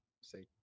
say